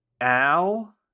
Al